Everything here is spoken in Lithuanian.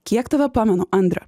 kiek tave pamenu andre